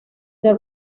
the